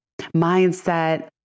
mindset